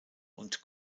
und